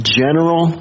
general